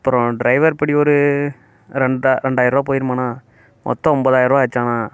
அப்புறம் டிரைவர் படி ஒரு ரெண்டா ரெண்டாயருபா போய்டுமாண்ணா மொத்தம் ஒம்பதாய ருபா ஆச்சாண்ணா